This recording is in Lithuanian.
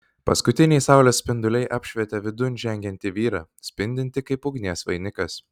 paskutiniai saulės spinduliai apšvietė vidun žengiantį vyrą spindintį kaip ugnies vainikas